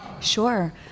Sure